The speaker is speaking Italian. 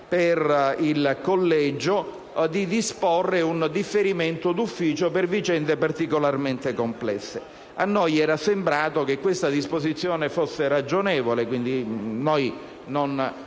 per il collegio di disporre un differimento di ufficio per vicende particolarmente complesse. A noi era sembrato che tale disposizione fosse ragionevole, quindi non